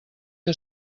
que